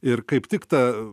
ir kaip tik ta